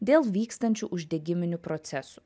dėl vykstančių uždegiminių procesų